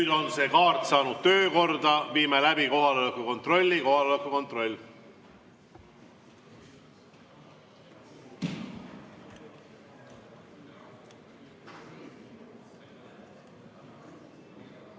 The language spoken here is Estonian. nüüd on see kaart saanud töökorda. Viime läbi kohaloleku kontrolli. Kohaloleku kontroll.